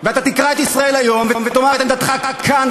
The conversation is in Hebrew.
ואתה תקרא את "ישראל היום" ותאמר את עמדתך כאן,